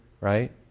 right